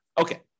Okay